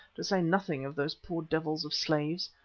to say nothing of those poor devils of slaves.